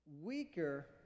weaker